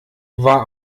war